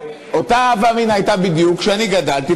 אותה הווה אמינא בדיוק הייתה כשאני גדלתי,